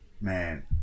Man